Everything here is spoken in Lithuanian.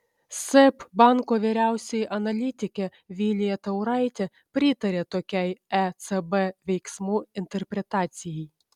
seb banko vyriausioji analitikė vilija tauraitė pritaria tokiai ecb veiksmų interpretacijai